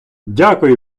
дякую